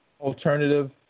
alternative